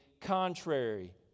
contrary